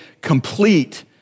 complete